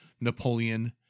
Napoleon